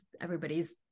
everybody's